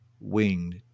winged